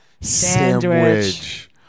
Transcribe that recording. sandwich